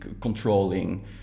controlling